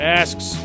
asks